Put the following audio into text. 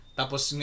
tapos